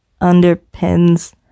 underpins